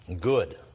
good